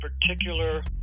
particular